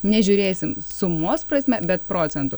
nežiūrėsim sumos prasme bet procentų